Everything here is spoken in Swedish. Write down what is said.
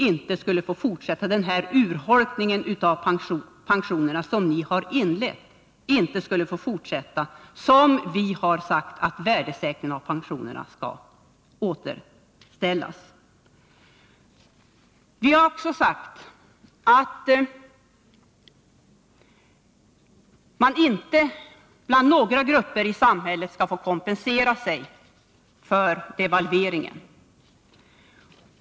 Det var ju för att den urholkning av pensionerna som ni har inlett inte skulle få fortsätta som vi sade att värdesäkringen av pensionerna skall återställas. Vi har också sagt att inte några grupper i samhället skall få kompensera sig för devalveringen.